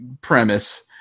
premise